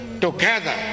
Together